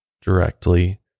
directly